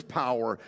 power